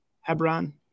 hebron